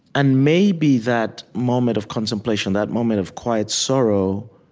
and maybe that moment of contemplation, that moment of quiet sorrow,